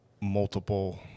multiple